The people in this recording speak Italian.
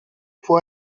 può